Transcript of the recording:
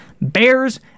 Bears